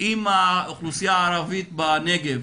אם האוכלוסייה הערבית בנגב